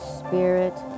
spirit